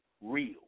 real